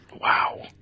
wow